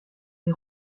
les